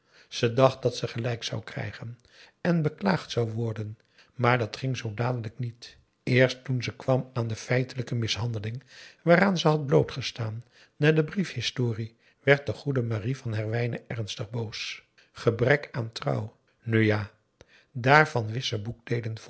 ze dacht dat ze gelijk zou krijp a daum hoe hij raad van indië werd onder ps maurits gen en beklaagd zou worden maar dat ging zoo dadelijk niet eerst toen ze kwam aan de feitelijke mishandeling waaraan ze had bloot gestaan na de briefhistorie werd de goede marie van herwijnen ernstig boos gebrek aan trouw nu ja daarvan wist ze